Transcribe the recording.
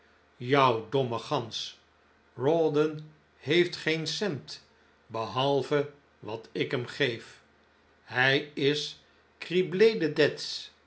jou domme gans rawdon heeft geen cent behalve wat ik hem geef hij is cribte de